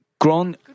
grown